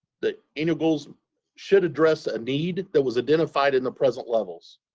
the annual goals should address a need that was identified in the present levels.